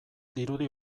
dirudi